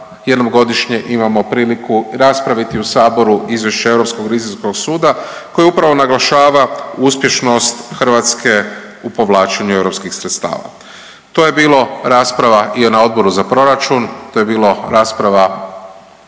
jednom godišnje imamo priliku raspraviti u Saboru izvješće Europskog revizijskog suda koji upravo naglašava uspješnost Hrvatske u povlačenju EU sredstava. To je bilo rasprava i na Odboru za proračun, to je bilo rasprava